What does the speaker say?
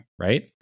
right